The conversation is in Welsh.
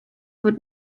fod